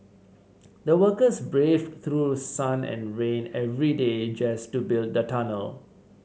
the workers braved through sun and rain every day just to build the tunnel